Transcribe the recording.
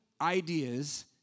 ideas